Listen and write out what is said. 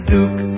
Duke